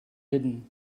hidden